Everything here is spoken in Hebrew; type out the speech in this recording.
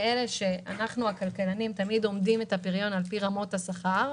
אנחנו הכלכלנים תמיד אומדים את הפריון על פי רמות השכר,